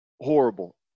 horrible